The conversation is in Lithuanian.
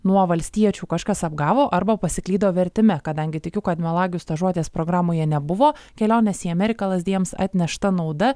nuo valstiečių kažkas apgavo arba pasiklydo vertime kadangi tikiu kad melagių stažuotės programoje nebuvo kelionės į ameriką lazdijams atnešta nauda